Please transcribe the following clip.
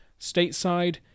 Stateside